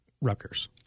Rutgers